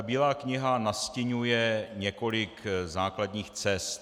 Bílá kniha nastiňuje několik základních cest.